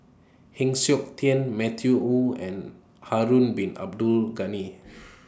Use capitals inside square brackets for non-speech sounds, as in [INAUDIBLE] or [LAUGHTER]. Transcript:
Heng Siok Tian Matthew Ngui and Harun Bin Abdul Ghani [NOISE]